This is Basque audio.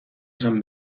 esan